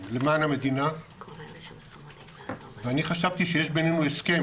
למען המדינה ואני חשבתי שיש בינינו הסכם,